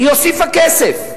היא הוסיפה כסף.